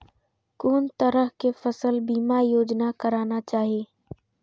कोन तरह के फसल बीमा योजना कराना चाही?